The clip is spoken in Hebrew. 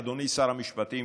אדוני שר המשפטים,